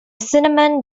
cinnamon